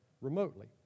remotely